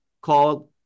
called